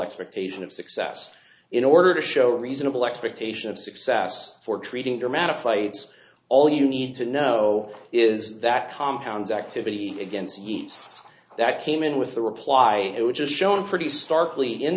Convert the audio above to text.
expectation of success in order to show reasonable expectation of success for treating dramatic flights all you need to know is that compounds activity against that came in with the reply which is shown pretty starkly in